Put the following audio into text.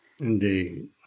Indeed